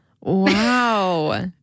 Wow